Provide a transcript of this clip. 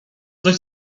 coś